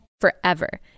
forever